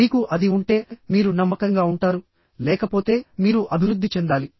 మీకు అది ఉంటే మీరు నమ్మకంగా ఉంటారు లేకపోతే మీరు అభివృద్ధి చెందాలి